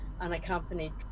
unaccompanied